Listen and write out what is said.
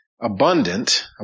abundant